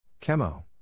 Chemo